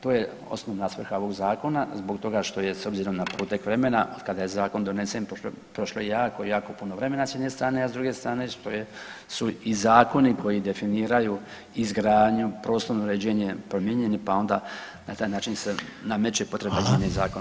To je osnovna svrha ovog zakona zbog toga što je s obzirom na protek vremena otkada je zakon donesen prošlo jako, jako puno vremena s jedne strane, a s druge strane što su i zakoni koji definiraju izgradnju prostorno uređenje promijenjeni, pa onda na taj način se nameće potreba … [[Govornik se ne razumije]] zakona.